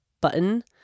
button